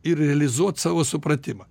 ir realizuot savo supratimą